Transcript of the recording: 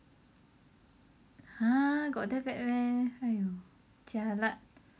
!huh! got that bad meh !haiyo! jialat